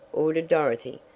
ordered dorothy.